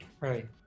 right